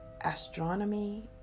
astronomy